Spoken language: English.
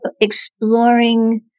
exploring